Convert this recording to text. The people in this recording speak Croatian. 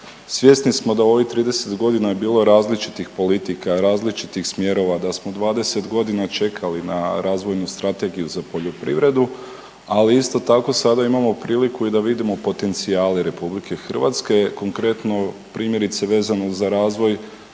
svjesni smo da u ovih 30 godina je bilo različitih politika i različitih smjerova, da smo 20 godina čekali na razvojnu strategiju za poljoprivredu, ali isto tako sada imamo priliku i da vidimo potencijale RH, konkretno, primjerice, vezano za razvoj